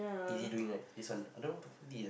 easy doing right this one I don't know how to